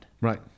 Right